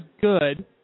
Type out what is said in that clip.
good